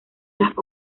las